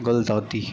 ਗੁਲਦੌਤੀ